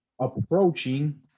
approaching